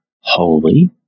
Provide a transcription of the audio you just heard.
holy